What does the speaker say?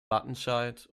wattenscheid